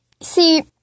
see